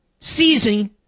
seizing